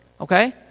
okay